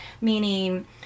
meaning